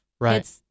Right